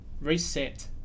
reset